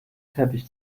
teppich